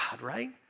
right